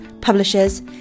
publishers